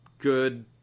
good